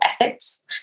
ethics